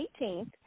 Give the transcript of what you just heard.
18th